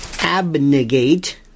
abnegate